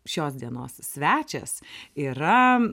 šios dienos svečias yra